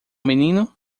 menino